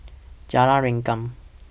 Jalan Rengkam